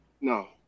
no